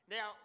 Now